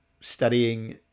studying